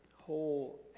whole